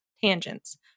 tangents